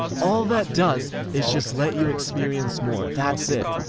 all that does is just let you experience more. that's it.